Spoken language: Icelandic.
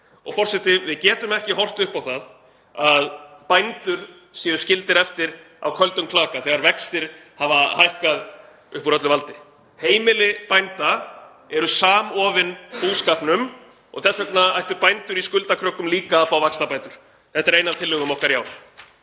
Og, forseti, við getum ekki horft upp á það að bændur séu skildir eftir á köldum klaka þegar vextir hafa hækkað upp úr öllu valdi. Heimili bænda eru samofin búskapnum og þess vegna ættu bændur í skuldakröggum líka að fá vaxtabætur. Þetta er ein af tillögum okkar í ár.